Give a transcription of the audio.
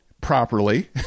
properly